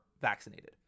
vaccinated